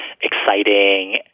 exciting